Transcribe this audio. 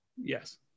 Yes